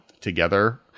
together